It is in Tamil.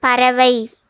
பறவை